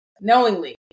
knowingly